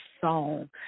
song